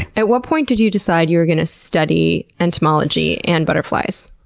at what point did you decide you were gonna study entomology and butterflies?